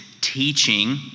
teaching